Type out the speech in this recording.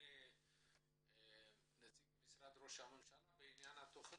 לשמוע ממשרד הבריאות בטרם אפנה לנציג משרד ראש הממשלה לגבי התכנית.